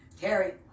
Terry